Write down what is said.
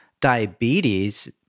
diabetes